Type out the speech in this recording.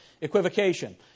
Equivocation